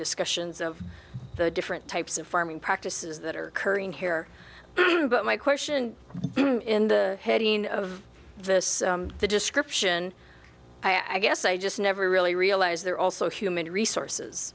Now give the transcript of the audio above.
discussions of the different types of farming practices that are occurring here but my question in the heading of this description i guess i just never really realized there are also human resources